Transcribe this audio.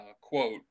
quote